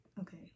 Okay